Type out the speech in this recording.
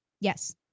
Yes